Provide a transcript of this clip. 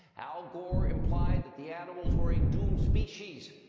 al gore implied that the animals were a doomed species.